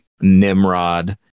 Nimrod